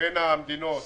ובין המדינות